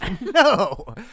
No